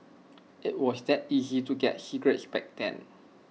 IT was that easy to get cigarettes back then